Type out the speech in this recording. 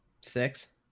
Six